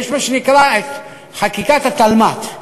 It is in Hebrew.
ויש את מה שנקרא חקיקת התלמ"ת.